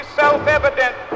self-evident